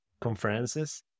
Conferences